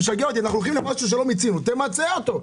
לא מיצית את האכיפה, תמצה את זה.